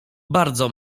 bardzo